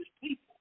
people